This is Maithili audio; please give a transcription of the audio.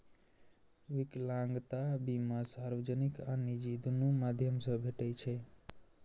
विकलांगता बीमा सार्वजनिक आ निजी, दुनू माध्यम सं भेटै छै